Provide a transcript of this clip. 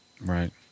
Right